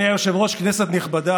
פתאום אנחנו רואים פה בחוק-יסוד שינוי,